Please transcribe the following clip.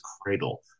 cradle